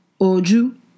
Oju